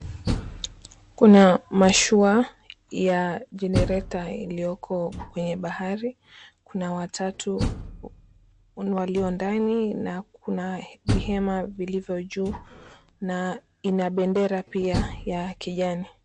Kuna mashua ya generator iliyoko kwenye bahari, kuna watatu walio ndani na kuna vihema vilivyo juu na ina bendera pia ya kijani.